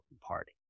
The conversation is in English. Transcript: Party